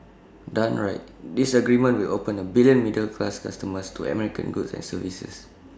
done right this agreement will open A billion middle class customers to American goods and services